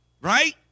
right